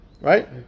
right